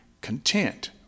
content